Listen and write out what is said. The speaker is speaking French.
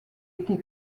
été